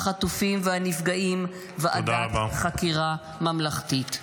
החטופים והנפגעים ועדת חקירה ממלכתית.